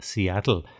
Seattle